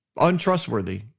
untrustworthy